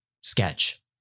sketch